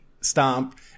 Stomp